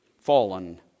fallen